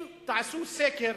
אם תעשו סקר,